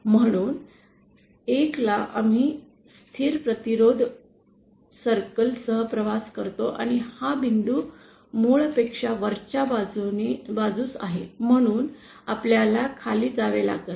म्हणून 1 ला आम्ही स्थिर प्रतिरोध वर्तुळासह प्रवास करतो आणि हा बिंदू मूळ पेक्षा वरच्या बाजूस आहे म्हणून आपल्याला खाली जावे लागल